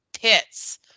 pits